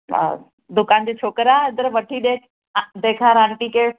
हा दुकान ते छोकिरा अंदरि वठी ॾे हा ॾेखारि आंटी खे